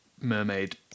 mermaid